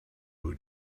who